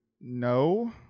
no